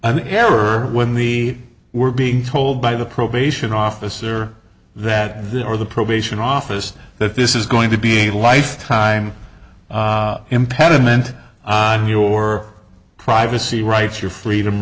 an error when the we're being told by the probation officer that they or the probation office that this is going to be a lifetime impediment on your privacy rights your freedom